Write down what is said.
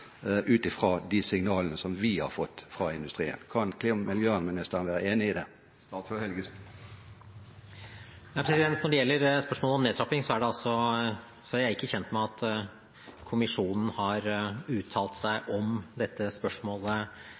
ut ifra de signalene som vi har fått fra industrien. Kan klima- og miljøministeren være enig i det? Når det gjelder spørsmålet om nedtrapping, er jeg ikke kjent med at kommisjonen har uttalt seg om dette spørsmålet